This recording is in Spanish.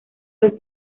los